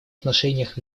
отношениях